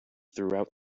throughout